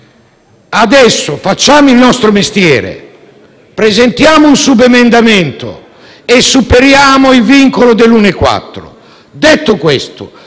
Adesso facciamo il nostro mestiere: presentiamo un subemendamento e superiamo il vincolo dell'1,4